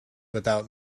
without